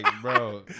bro